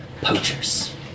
poachers